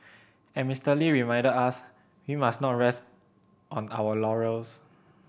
as Mister Lee reminded us we must not rest on our laurels